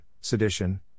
sedition